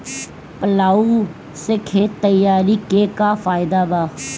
Plough से खेत तैयारी के का फायदा बा?